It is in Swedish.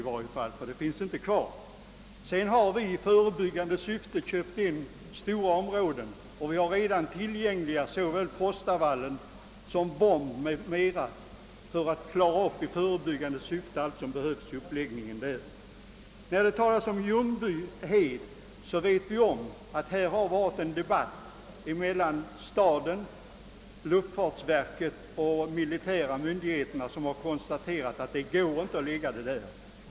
I förebyggande naturvårdssyfte har ju redan köpts in stora områden, t.ex. Frostavallen och Vomb. I fråga om Ljungbyhed känner vi till att det förekommit en diskussion mellan staden, luftfartsverket och de militära myndigheterna, vilka konstaterat att det inte nu är möjligt att förlägga flygfältet dit.